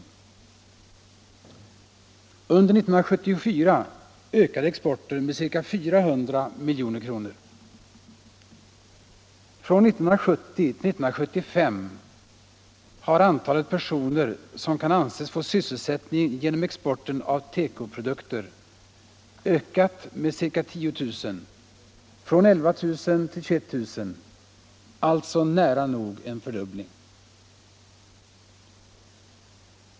Under 1974 ökade exporten med ca 400 milj.kr. Från 1970 till 1975 har antalet personer som kan anses få sysselsättning genom exporten av teko-produkter ökat med ca 10 000 från 11 000 till 21 000, alltså nära nog en fördubbling!